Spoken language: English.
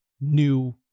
new